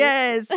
Yes